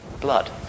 blood